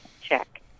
check